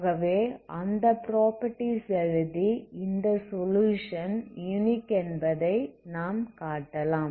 ஆகவே அந்த ப்ராப்பர்ட்டீஸ் எழுதி இந்த சொலுயுஷன் யுனிக் என்பதை நாம் காட்டலாம்